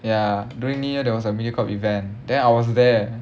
ya during new year there was a Mediacorp event then I was there